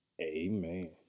amen